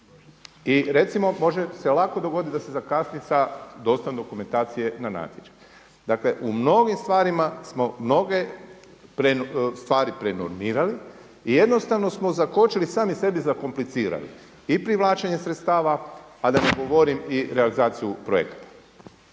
I recimo može se lako dogoditi da se zakasni sa dostavom dokumentacije na natječaj. Dakle u mnogim stvarima smo mnoge stvari prenormirali i jednostavno smo zakočili sami sebi zakomplicirali i privlačenje sredstava, a da ne govorim i realizaciju projekata.